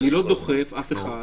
אני לא דוחף אף אחד,